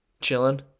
Chilling